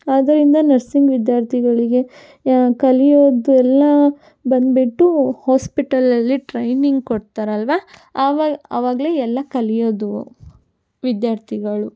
ಆದ್ದರಿಂದ ನರ್ಸಿಂಗ್ ವಿದ್ಯಾರ್ಥಿಗಳಿಗೆ ಕಲಿಯೋದೆಲ್ಲ ಬಂದುಬಿಟ್ಟು ಹೋಸ್ಪಿಟಲಲ್ಲಿ ಟ್ರೈನಿಂಗ್ ಕೊಡ್ತಾರಲ್ಲವಾ ಅವಾಗ ಅವಾಗಲೇ ಎಲ್ಲ ಕಲಿಯೋದು ವಿದ್ಯಾರ್ಥಿಗಳು